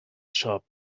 sharp